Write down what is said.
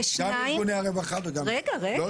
ושתיים --- גם ארגוני הרווחה וגם אני שואל,